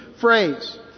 phrase